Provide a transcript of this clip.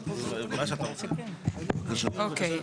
אוקיי.